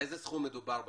באיזה סכום מדובר בחודש?